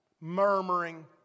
murmuring